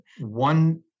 One